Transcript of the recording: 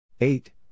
Eight